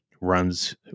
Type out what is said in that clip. runs